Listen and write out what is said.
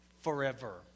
Forever